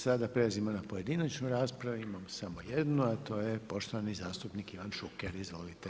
Sada prelazimo na pojedinačnu raspravu, imamo samo jednu a to je poštovani zastupnik Ivan Šuker, izvolite.